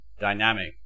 dynamic